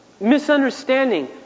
misunderstanding